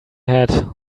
hat